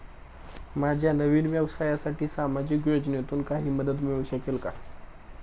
माझ्या नवीन व्यवसायासाठी सामाजिक योजनेतून काही मदत मिळू शकेल का?